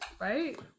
Right